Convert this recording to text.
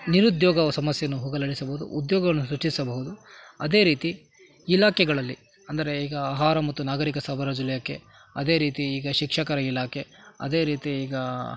ನಿರುದ್ಯೋಗ ಸಮಸ್ಯೆಯನ್ನು ಹೋಗಲಾಡಿಸಬೌದು ಉದ್ಯೋಗಗಳನ್ನು ಸೃಷ್ಟಿಸಬಹುದು ಅದೇ ರೀತಿ ಇಲಾಖೆಗಳಲ್ಲಿ ಅಂದರೆ ಈಗ ಆಹಾರ ಮತ್ತು ನಾಗರೀಕ ಸರಬರಾಜು ಇಲಾಖೆ ಅದೇ ರೀತಿ ಈಗ ಶಿಕ್ಷಕರ ಇಲಾಖೆ ಅದೇ ರೀತಿ ಈಗ